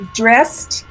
dressed